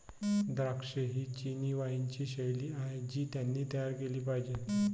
द्राक्षे ही चिनी वाइनची शैली आहे जी त्यांनी तयार केली पाहिजे